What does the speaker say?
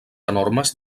enormes